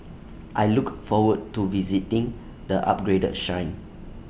I look forward to visiting the upgraded Shrine